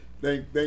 thank